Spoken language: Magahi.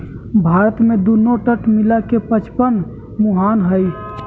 भारत में दुन्नो तट मिला के पचपन मुहान हई